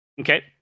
okay